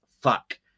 fuck